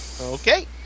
Okay